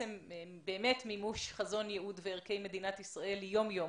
באמת מימוש חזון, יעוד וערכי מדינת ישראל יום יום,